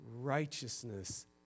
righteousness